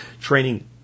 training